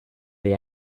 they